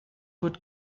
would